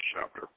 chapter